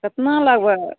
कितना लेबै